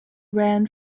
ran